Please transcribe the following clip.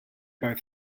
both